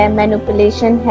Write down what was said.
manipulation